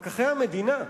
פקחי המדינה,